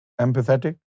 empathetic